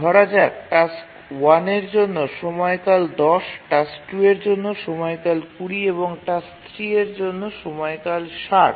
ধরা যাক টাস্ক 1 এর জন্য সময়কাল ১০ টাস্ক 2 এর জন্য সময়কাল ২০ এবং টাস্ক 3 এর জন্য সময়কাল ৬০